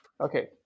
Okay